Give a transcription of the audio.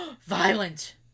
violent